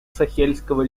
сахельского